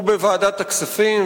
הוא בוועדת הכספים,